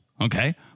okay